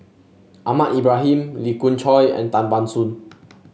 Ahmad Ibrahim Lee Khoon Choy and Tan Ban Soon